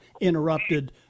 interrupted